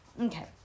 Okay